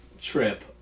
trip